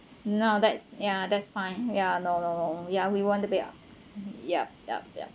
no that's yeah that's fine ya no no no ya we want to pay yup yup yup